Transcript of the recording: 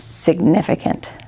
significant